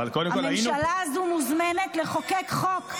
גברתי היושבת בראש --- הממשלה הזו מוזמנת לחוקק חוק.